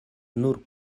nur